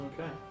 Okay